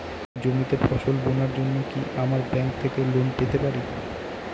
জমিতে ফসল বোনার জন্য কি আমরা ব্যঙ্ক থেকে লোন পেতে পারি?